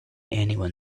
anyone